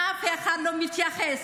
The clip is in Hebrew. ואף אחד לא מתייחס,